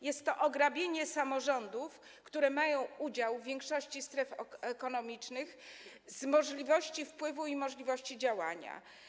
Jest to ograbienie samorządów, które mają udział w większości stref ekonomicznych, z możliwości wpływu i możliwości działania.